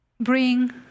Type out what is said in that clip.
bring